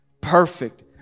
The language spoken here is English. Perfect